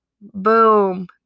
Boom